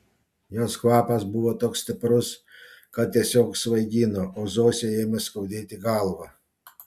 jos kvapas buvo toks stiprus kad tiesiog svaigino o zosei ėmė skaudėti galvą